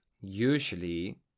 usually